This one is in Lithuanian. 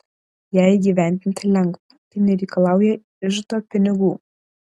ją įgyvendinti lengva tai nereikalauja iždo pinigų